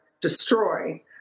destroy